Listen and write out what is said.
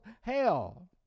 hell